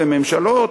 וממשלות,